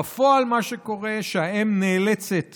בפועל, מה שקורה הוא שהאם נאלצת